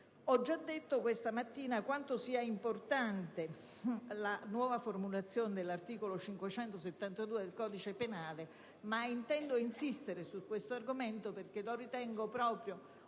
Ho già detto questa mattina quanto sia importante la nuova formulazione dell'articolo 572 del codice penale, ma intendo insistere su questo argomento, perché lo ritengo proprio